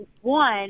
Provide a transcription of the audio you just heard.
One